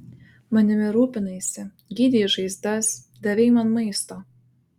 manimi rūpinaisi gydei žaizdas davei man maisto